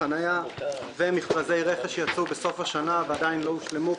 חניה ומכרזי רכש שיצאו בסוף השנה ועדיין לא הושלמו,